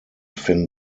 finn